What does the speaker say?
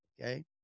okay